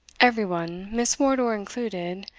every one, miss wardour included,